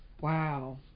Wow